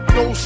no